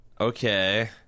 Okay